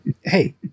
Hey